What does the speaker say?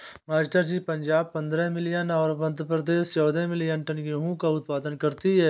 master ji Punjab पंद्रह million और मध्य प्रदेश चौदह मिलीयन टन गेहूं का उत्पादन करती है